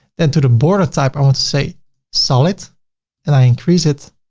then to the border type, i want to say solid and i increase it